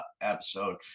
episode